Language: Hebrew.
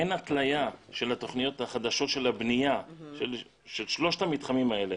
אין התליה של התוכניות החדשות של הבנייה של שלושת המתחמים האלה